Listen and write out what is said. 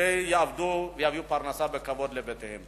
ויעבדו ויביאו פרנסה בכבוד לבתיהם.